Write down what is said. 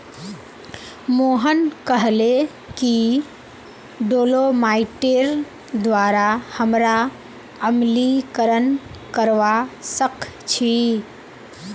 मोहन कहले कि डोलोमाइटेर द्वारा हमरा अम्लीकरण करवा सख छी